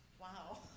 Wow